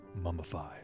Mummify